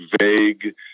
vague